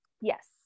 yes